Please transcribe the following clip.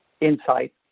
insight